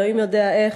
אלוהים יודע איך,